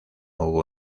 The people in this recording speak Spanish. hubo